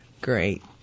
Great